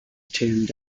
termed